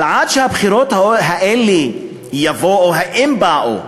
אבל עד שהבחירות האלה יבואו, אם יבואו,